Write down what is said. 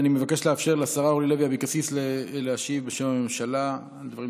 אני מבקש לאפשר לשרה אורלי לוי אבקסיס להשיב בשם הממשלה על דברים